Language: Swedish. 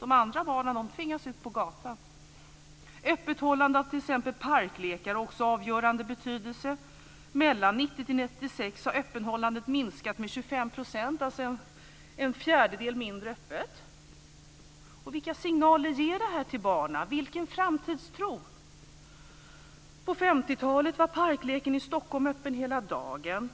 De andra barnen tvingas ut på gatan. Öppethållande av t.ex. parklekar är också av avgörande betydelse. Mellan 1990 och 1996 har öppethållandet minskat med 25 %. Det är alltså öppet en fjärdedel mindre tid. Vilka signaler och vilken framtidstro ger det till barnen? På 50-talet var parkleken i Stockholm öppen hela dagen